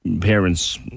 parents